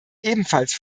ebenfalls